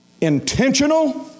intentional